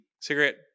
Cigarette